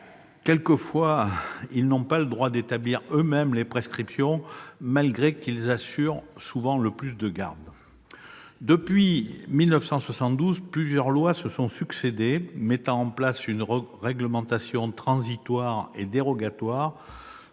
Quelquefois, ils n'ont pas le droit d'établir eux-mêmes les prescriptions, bien qu'ils assurent souvent le plus grand nombre de gardes. Depuis 1972, plusieurs lois se sont succédé, mettant en place une réglementation transitoire et dérogatoire,